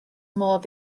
modd